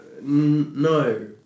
No